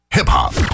Hip-hop